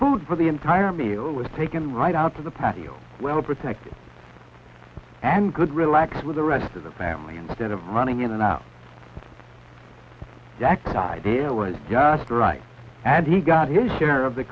food for the entire meal was taken right out of the patio well protected and good relaxed with the rest of the family instead of running in and out jack decided it was just right and he got his share of the